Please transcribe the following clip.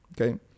okay